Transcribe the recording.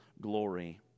glory